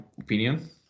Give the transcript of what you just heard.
opinion